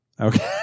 Okay